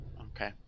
okay